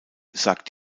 sagt